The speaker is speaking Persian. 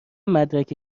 مدرک